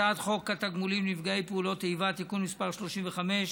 את הצעת חוק התגמולים לנפגעי פעולות איבה (תיקון מס' 35),